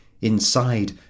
Inside